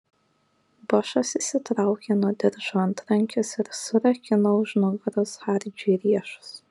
bošas išsitraukė nuo diržo antrankius ir surakino už nugaros hardžiui riešus